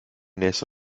nächste